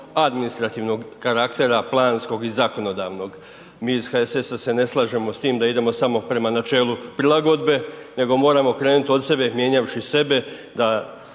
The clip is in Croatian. administrativnog karaktera, planskog i zakonodavnog. Mi iz HSS-a se ne slažemo s tim da idemo samo prema načelu prilagodbe nego moramo krenuti od sebe, mjenjavši sebe da